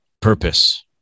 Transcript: purpose